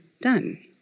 done